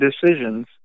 decisions